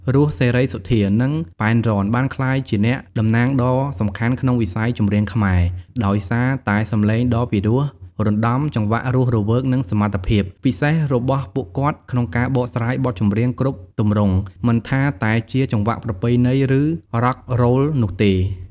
រស់ សេរីសុទ្ធា និង ប៉ែន រ៉ន បានក្លាយជាអ្នកតំណាងដ៏សំខាន់ក្នុងវិស័យចម្រៀងខ្មែរ ដោយសារតែសំឡេងដ៏ពីរោះរណ្ដំ ចង្វាក់រស់រវើក និងសមត្ថភាព ពិសេសរបស់ពួកគាត់ក្នុងការបកស្រាយបទចម្រៀងគ្រប់ទម្រង់ មិនថាតែជាចង្វាក់ប្រពៃណី ឬ Rock Roll នោះទេ។